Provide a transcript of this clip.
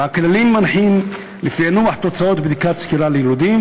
כללים מנחים לפענוח תוצאות בדיקת סקירה ליילודים,